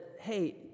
hey